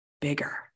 bigger